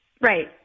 Right